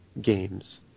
games